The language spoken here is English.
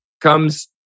comes